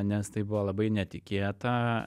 nes tai buvo labai netikėta